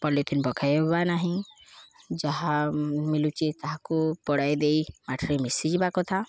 polythene ପକାଇବା ନାହିଁ ଯାହା ମିଲୁଛି ତାହାକୁ ପୋଡ଼ାଇ ଦେଇ ମାଟିରେ ମିଶିଯିବା କଥା